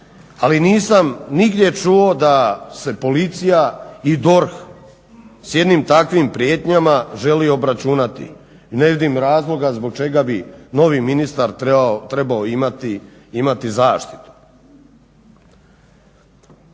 ali nisam nigdje čuo da se policija i DORH s jednim takvim prijetnjama želi obračunati. Ne vidim razloga zbog čega bi novi ministar trebao imati zaštitu.